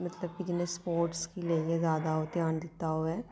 मतलब गी जि'यां स्पोर्टस गी लेइयै जैदा ओह् ध्यान दित्ता होऐ